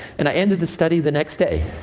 and i ended the study the next day.